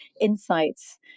insights